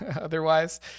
otherwise